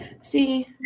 See